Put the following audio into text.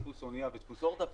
דפוס אניה ודפוס אורדע.